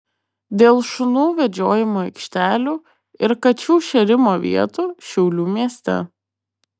dėl šunų vedžiojimo aikštelių ir kačių šėrimo vietų šiaulių mieste